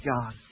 God